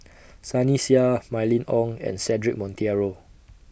Sunny Sia Mylene Ong and Cedric Monteiro